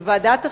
בוועדת החינוך,